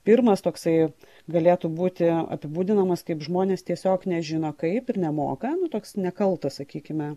pirmas toksai galėtų būti apibūdinamas kaip žmonės tiesiog nežino kaip ir nemoka nu toks nekaltas sakykime